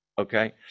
okay